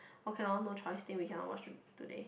okay lor no choice then we cannot watch it today